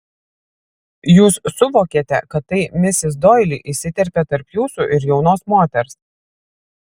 jūs suvokėte kad tai misis doili įsiterpė tarp jūsų ir jaunos moters